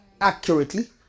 accurately